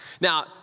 Now